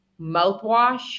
mouthwash